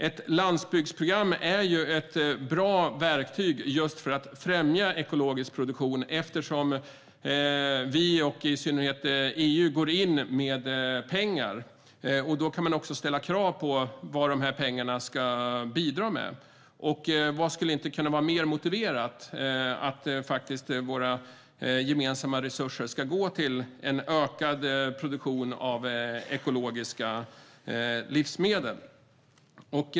Ett landsbygdsprogram är ju ett bra verktyg just för att främja ekologisk produktion, eftersom vi och i synnerhet EU går in med pengar. Då kan man också ställa krav på vad pengarna ska bidra med. Vad skulle kunna vara mer motiverat att våra gemensamma resurser ska gå till än en ökad produktion av ekologiska livsmedel?